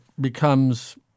becomes